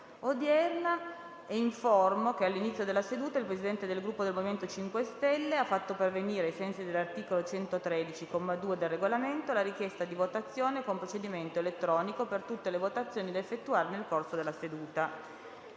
l’Assemblea che all’inizio della seduta il Presidente del Gruppo MoVimento 5 Stelle ha fatto pervenire, ai sensi dell’articolo 113, comma 2, del Regolamento, la richiesta di votazione con procedimento elettronico per tutte le votazioni da effettuare nel corso della seduta.